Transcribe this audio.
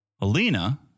Alina